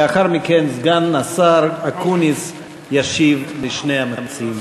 לאחר מכן סגן השר אקוניס ישיב לשני המציעים.